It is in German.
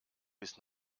bis